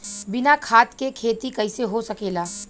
बिना खाद के खेती कइसे हो सकेला?